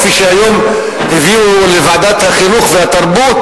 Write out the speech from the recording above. כפי שהיום הביאו לוועדת החינוך והתרבות